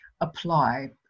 apply